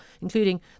including